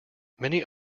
many